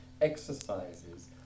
exercises